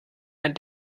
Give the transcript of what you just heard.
ein